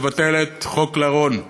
לבטל את חוק לרון.